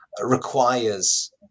requires